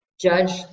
judge